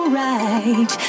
right